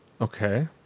Okay